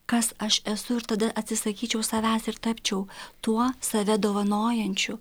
kas aš esu ir tada atsisakyčiau savęs ir tapčiau tuo save dovanojančiu